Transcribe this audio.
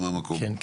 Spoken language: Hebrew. פחות.